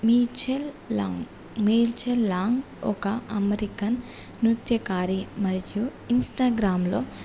Michelle Long Michelle Long ఒక American నృత్యకారి మరియు ఇన్స్టాగ్రామ్లో